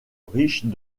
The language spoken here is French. riches